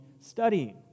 studying